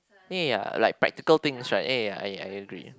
eh like practical things right eh ya I I agree